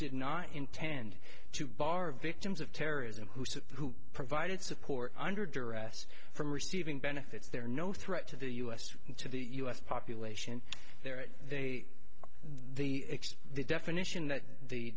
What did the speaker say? did not intend to bar victims of terrorism who provided support under duress from receiving benefits there are no threat to the u s to the u s population there they are the definition that the